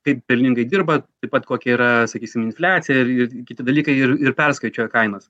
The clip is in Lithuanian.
kaip pelningai dirba taip pat kokia yra sakysim infliacija ir kiti dalykai ir ir perskaičiuoja kainas